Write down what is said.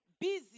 busy